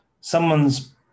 someone's